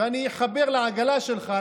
ואני אחבר לעגלה שלך,